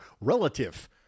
relative